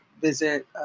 visit